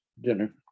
dinner